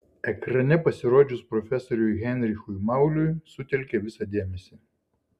ekrane pasirodžius profesoriui heinrichui mauliui sutelkė visą dėmesį